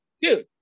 dude